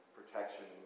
protection